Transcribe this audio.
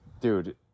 Dude